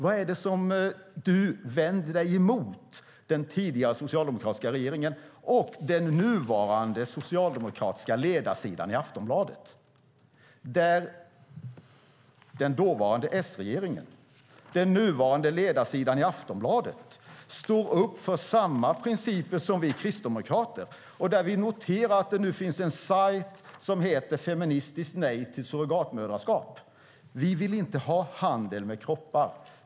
Vad är det du vänder dig emot i den tidigare socialdemokratiska regeringens uppfattning och den nuvarande socialdemokratiska ledarsidan i Aftonbladet? Den dåvarande S-regeringen och den nuvarande ledarsidan i Aftonbladet står upp för samma principer som vi kristdemokrater. Vi noterar att det nu finns en sajt som heter Feministiskt nej till surrogatmödraskap. Vi vill inte ha handel med kroppar.